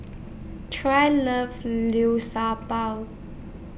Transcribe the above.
Trae loves Liu Sha Bao